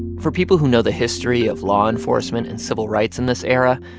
for people who know the history of law enforcement and civil rights in this era,